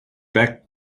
back